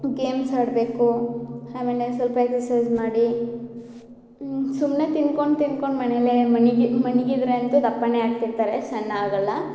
games ಆಡಬೇಕು ಆಮೇಲೆ ಸ್ವಲ್ಪ ಎಕ್ಸಸೈಸ್ ಮಾಡಿ ಸುಮ್ಮನೆ ತಿಂದ್ಕೊಂಡು ತಿಂದ್ಕೊಂಡು ಮನೇಲೆ ಮನ್ಗಿ ಮನಿಗಿದ್ರಂತು ದಪ್ಪನೇ ಆಗ್ತಿರ್ತಾರೆ ಸಣ್ಣ ಆಗಲ್ಲ